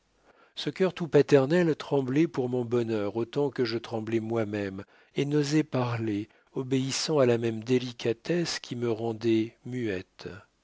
ce cœur tout paternel tremblait pour mon bonheur autant que je tremblais moi-même et n'osait parler obéissant à la même délicatesse qui me rendait muette